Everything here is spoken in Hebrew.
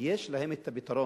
יש להם הפתרון,